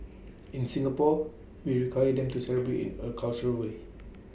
in Singapore we require them to celebrate in A cultural way